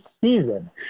season